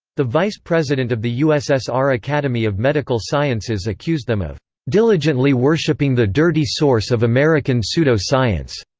the vice president of the ussr academy of medical sciences accused them of diligently worshipping the dirty source of american pseudo-science.